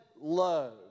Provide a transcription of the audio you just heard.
love